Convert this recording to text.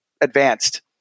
advanced